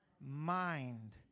Mind